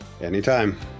Anytime